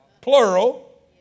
plural